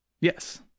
yes